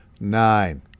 Nine